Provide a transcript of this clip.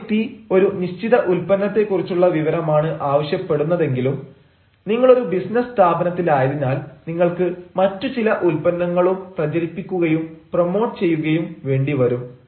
ആ വ്യക്തി ഒരു നിശ്ചിത ഉത്പന്നത്തെ കുറിച്ചുള്ള വിവരമാണ് ആവശ്യപ്പെടുന്നതെങ്കിലും നിങ്ങളൊരു ബിസിനസ് സ്ഥാപനത്തിലായതിനാൽ നിങ്ങൾക്ക് മറ്റു ചില ഉൽപ്പന്നങ്ങളും പ്രചരിപ്പിക്കുകയും പ്രമോട്ട് ചെയ്യുകയും വേണ്ടി വരും